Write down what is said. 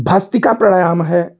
भस्त्रिका प्राणायाम है